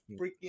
freaking